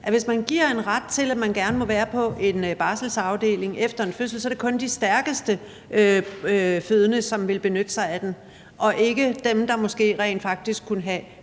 Hvis man giver en ret til, at man gerne må være på en barselsafdeling efter en fødsel, er det kun de stærkeste fødende, som vil benytte sig af den, og ikke dem, der måske rent faktisk kunne have